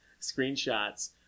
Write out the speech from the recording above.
screenshots